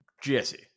Jesse